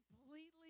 completely